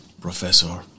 Professor